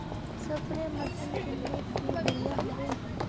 Spray machine किनले की बढ़िया होबवे?